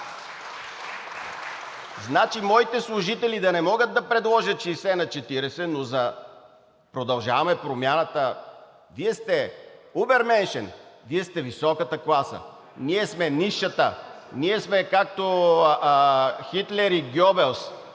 Значи, моите служители да не могат да предложат 60 на 40, но за „Продължаваме Промяната“ Вие сте юбернейшън, Вие сте високата класа – ние сме нисшата. Ние сме както Хитлер и Гьобелс,